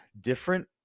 different